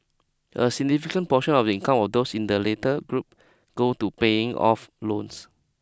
a significant portion of the income of those in the later group go to paying off loans